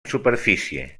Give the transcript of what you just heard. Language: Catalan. superfície